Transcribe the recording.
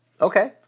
Okay